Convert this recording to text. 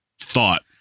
thought